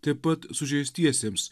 taip pat sužeistiesiems